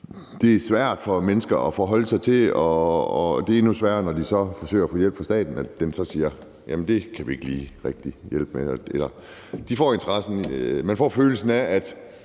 det er svært for mennesker at forholde sig til, og det er endnu sværere, når de så forsøger at få hjælp fra staten og den så siger, at det kan vi ikke lige rigtig hjælpe med. Man får følelsen af, at